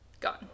Gone